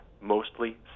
mostly